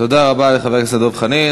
תודה רבה לחבר הכנסת דב חנין.